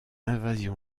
invasion